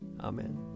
Amen